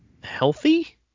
healthy